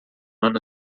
ano